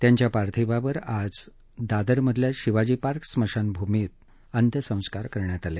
त्यांच्या पार्थिवावर आज दादरमधल्या शिवाजी पार्क स्मशान भूमीत अंत्यसंस्कार झाले